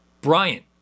Bryant